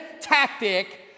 tactic